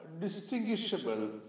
distinguishable